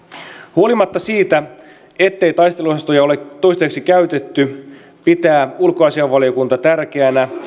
huolimatta siitä ettei taisteluosastoja ole toistaiseksi käytetty pitää ulkoasiainvaliokunta tärkeänä